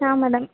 ಹಾಂ ಮೇಡಮ್